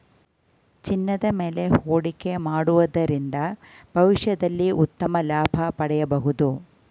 ಚಿನ್ನದ ಮೇಲೆ ಹೂಡಿಕೆ ಮಾಡುವುದರಿಂದ ಭವಿಷ್ಯದಲ್ಲಿ ಉತ್ತಮ ಲಾಭ ಪಡೆಯಬಹುದು